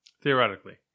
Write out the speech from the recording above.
Theoretically